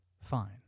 fine